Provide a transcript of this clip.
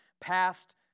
past